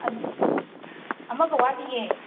ꯑꯃꯒ ꯋꯥꯠꯂꯤꯌꯦ